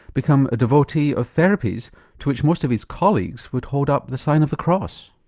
become a devotee of therapies to which most of his colleagues would hold up the sign of the cross?